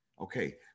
Okay